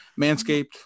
Manscaped